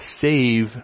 save